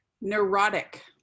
Neurotic